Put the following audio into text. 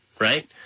right